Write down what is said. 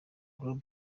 global